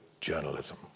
journalism